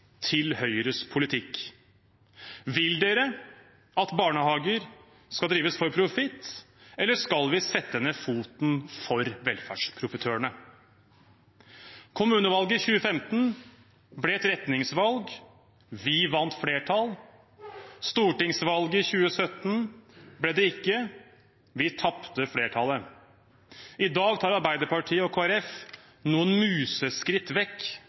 til Høyres politikk: Vil dere at barnehager skal drives for profitt, eller skal vi sette ned foten for velferdsprofitørene? Kommunevalget i 2015 ble et retningsvalg. Vi vant flertall. Stortingsvalget i 2017 ble det ikke. Vi tapte flertallet. I dag tar Arbeiderpartiet og Kristelig Folkeparti noen museskritt vekk